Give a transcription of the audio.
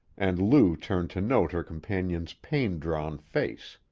and lou turned to note her companion's pain-drawn face.